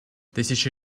тысячи